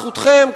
זכותכם,